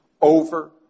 Over